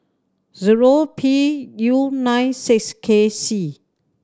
zero P U nine six K C